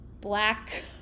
black